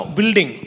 Building